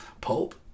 Pope